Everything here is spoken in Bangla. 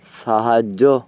সাহায্য